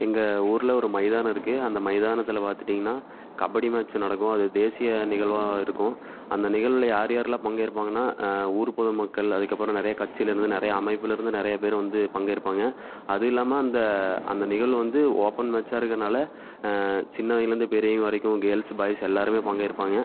எங்கள் ஊரில் ஒரு மைதானம் இருக்குது அந்த மைதானத்தில் பார்த்துட்டிங்கன்னா கபடி மேட்ச் நடக்கும் அது தேசிய நிகழ்வாக இருக்கும் அந்த நிகழ்வில் யார் யாரெல்லாம் பங்கேற்பாங்கன்னால் ஊர் பொது மக்கள் அதுக்கு அப்புறம் நிறையா கட்சிலேருந்து நிறையா அமைப்பிலிருந்து நிறையா பேர் வந்து பங்கேற்பாங்க அது இல்லாமல் அந்த அந்த நிகழ்வு வந்து ஓப்பன் மேட்ச்சாக இருக்கறதுனால் சின்னவங்களேருந்து பெரியவங்க வரைக்கும் கேர்ள்ஸ் பாய்ஸ் எல்லோருமே பங்கேற்பாங்க